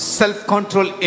self-control